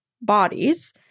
bodies